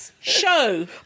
show